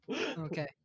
Okay